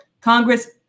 Congress